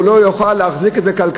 הוא לא יוכל להחזיק את זה כלכלית.